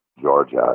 Georgia